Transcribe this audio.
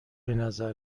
بنظر